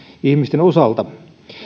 ihmisten osalta